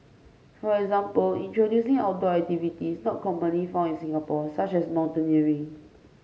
for example introducing outdoor activities not commonly found in Singapore such as mountaineering